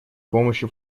помощи